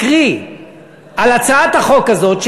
מקריא על הצעת החוק הזאת,